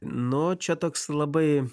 nu čia toks labai